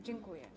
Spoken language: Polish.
Dziękuję.